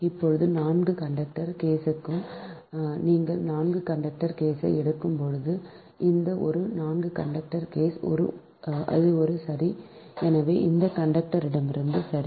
இப்போது 4 கண்டக்டர் கேஸுக்கு நீங்கள் 4 கண்டக்டர் கேஸை எடுக்கும்போது இந்த ஒரு 4 கண்டக்டர் கேஸ் இது ஒரு சரி எனவே எந்த கண்டக்டரிடமிருந்தும் சரி